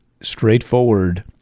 straightforward